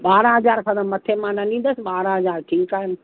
ॿारहं हज़ार खां त मथे मां न ॾींदसि ॿारहं हज़ार ठीकु आहिनि